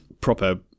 proper